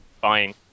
buying